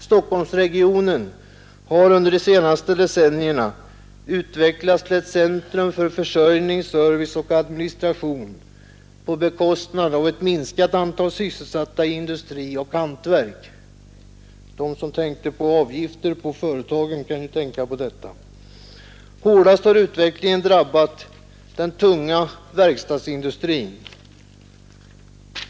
Stockholmsregionen har under de senaste decennierna utvecklats till ett centrum för försörjning, service och administration på bekostnad av ett minskat antal sysselsatta i industri och hantverk. De som ville föreslå avgifter på företagen kan ju tänka på detta. Hårdast har utvecklingen drabbat den tunga verkstadsindustrin.